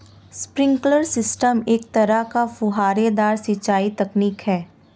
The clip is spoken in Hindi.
स्प्रिंकलर सिस्टम एक तरह का फुहारेदार सिंचाई तकनीक है